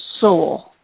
soul